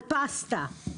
על פסטה,